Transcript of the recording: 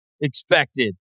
expected